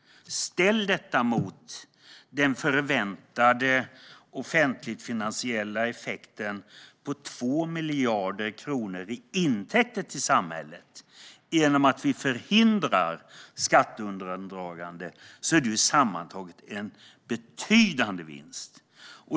Ställ detta mot den förväntade offentligfinansiella effekten på 2 miljarder kronor i intäkter till samhället genom att vi förhindrar skatteundandragande! Då är det sammantaget en betydande vinst.